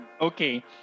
Okay